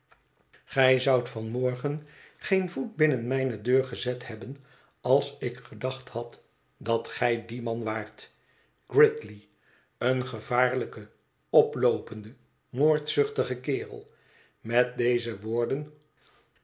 gij zoudt van morgen geen voet binnen mijne deur gezet hebben als ik gedacht had dat gij die man waart gridley een gevaarlijke oploopende moordzuchtige kerel met deze woorden